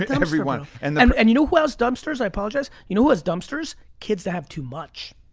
every one. and and you know who has dumpsters? i apologize. you know who has dumpsters? kids that have too much.